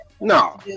no